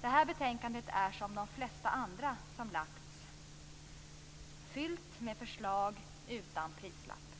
Det här betänkandet är, som de flesta andra som har lagts fram, fyllt av förslag utan prislapp.